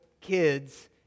kids